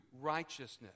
righteousness